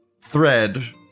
thread